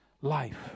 life